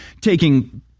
taking